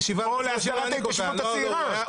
או להסדרת ההתיישבות הצעירה,